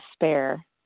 despair